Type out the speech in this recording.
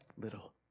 little